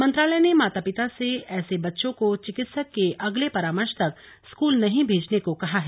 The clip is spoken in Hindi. मंत्रालय ने माता पिता से ऐसे बच्चों को चिकित्सक के अगले परामर्श तक स्कूल नहीं भेजने को कहा है